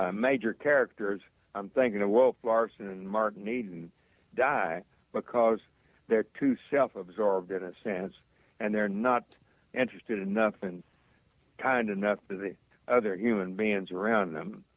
ah major characters i am thinking of wolf larsen and martin eden die because they are too self-absorbed in a sense and they are not interested in nothing kind of enough to the other human beings around them.